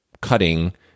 cutting